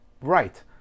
right